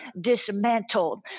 dismantled